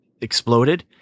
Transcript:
exploded